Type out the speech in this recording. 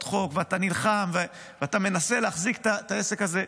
חוק ואתה נלחם ואתה מנסה להחזיק את העסק הזה,